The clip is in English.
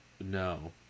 No